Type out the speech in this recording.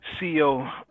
ceo